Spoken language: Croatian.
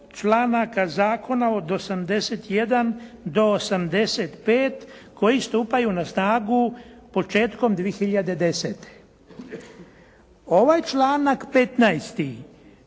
članaka zakona od 81. do 85. koji stupaju na snagu početkom 2010. Ovaj članak 15.,